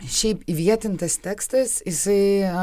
šiaip įvietintas tekstas jisai